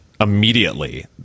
immediately